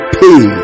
pay